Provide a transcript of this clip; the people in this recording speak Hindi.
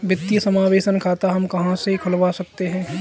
वित्तीय समावेशन खाता हम कहां से खुलवा सकते हैं?